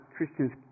Christians